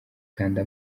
kanda